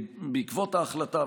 בעקבות ההחלטה,